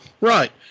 right